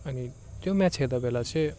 अनि त्यो म्याच हेर्दा बेला चाहिँ